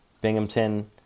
Binghamton